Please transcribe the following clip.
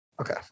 Okay